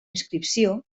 inscripció